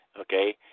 okay